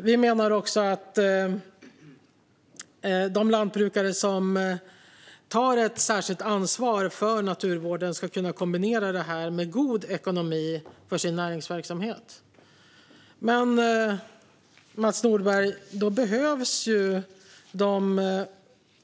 Vi menar också att de lantbrukare som tar ett särskilt ansvar för naturvården ska kunna kombinera detta med god ekonomi för sin näringsverksamhet. Men, Mats Nordberg, då behövs de